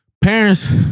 Parents